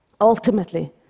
ultimately